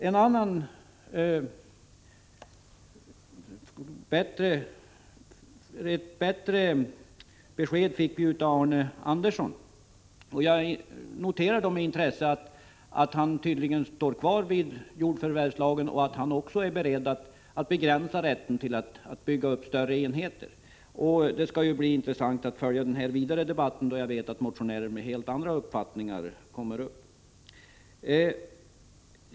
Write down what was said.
Ett bättre besked fick vi av Arne Andersson i Ljung. Jag noterar med intresse att han tydligen står kvar vid jordförvärvslagen och är beredd att begränsa rätten till att bygga upp större enheter. Det skall bli intressant att följa den vidare debatten, då jag vet att motionärer med helt andra uppfattningar kommer upp.